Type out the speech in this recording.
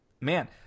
man